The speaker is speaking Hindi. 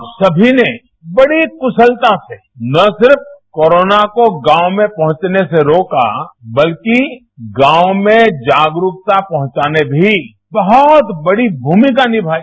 आप सभी ने बड़ी कुशलता से न केवल कोरोना को गांव में पहुंचने से रोका बल्कि गांव में जागरुकता पहुंचाने में भी बहुत बड़ी भूमिका नियाई